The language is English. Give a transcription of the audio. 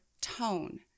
tone